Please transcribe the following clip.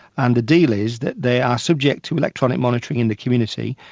and the deal is that they are subject to electronic monitoring in the community.